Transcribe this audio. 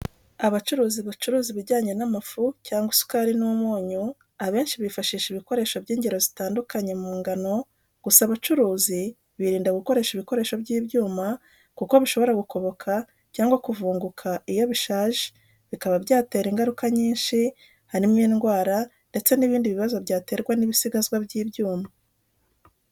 Abacuruzi bacuruza ibijyanye n'amafu cyangwa isukari n'umunyu, abenshi bifashisha ibikoresho by'ingero zitandukanye mu ngano, gusa abacuruzi birinda gukoresha ibikoresho by'ibyuma kuko bishobora gukoboka cyangwa kuvunguka iyo bishaje bikaba byatera ingaruka nyinshi, harimo indwara ndetse n'ibindi bibazo byaterwa n'ibisigazwa by'ibyuma.